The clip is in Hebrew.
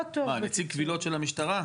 נציב קבילות של המשטרה?